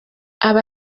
aba